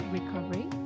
Recovery